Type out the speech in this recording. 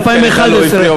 דווקא לך לא הפריעו בכלל.